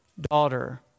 daughter